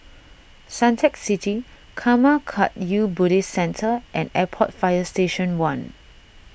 Suntec City Karma Kagyud Buddhist Centre and Airport Fire Station one